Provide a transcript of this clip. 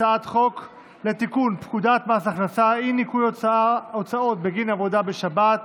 הצעת חוק לתיקון פקודת מס הכנסה (אי-ניכוי הוצאות בגין עבודה בשבת),